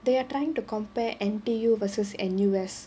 they are trying to compare N_T_U versus N_U_S